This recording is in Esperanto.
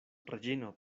reĝino